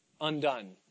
undone